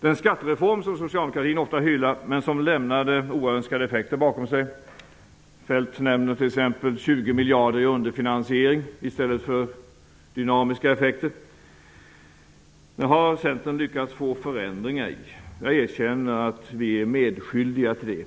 Den skattereform som socialdemokratin gärna hyllar men som lämnade oönskade effekter bakom sig -- Feldt nämner t.ex. 20 miljarder i underfinansiering i stället för dynamiska effekter -- har Centern lyckats få förändringar i. Jag erkänner att vi är medskyldiga till det.